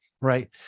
right